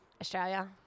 Australia